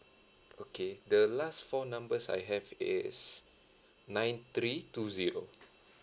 okay the last four numbers I have is nine three two zero